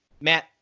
Matt